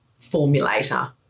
formulator